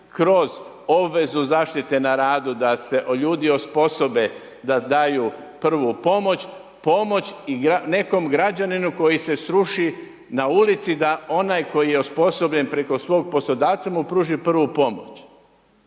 kroz obvezu zaštite na radu da se ljudi osposobe da daju prvu pomoć, pomoć i nekom građaninu koji se sruši na ulici da onaj koji je osposobljen preko svog poslodavca mu pruži prvu pomoć.